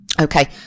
okay